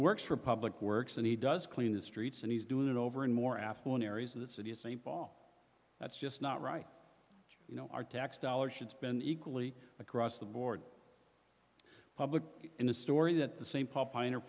works for public works and he does clean the streets and he's doing it over and more affluent areas of the city of st paul that's just not right our tax dollars should spend equally across the board public in a story that the st paul pione